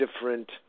different